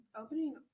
opening